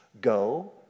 Go